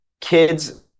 kids